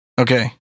Okay